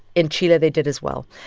in chile, they did, as well.